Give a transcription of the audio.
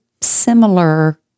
similar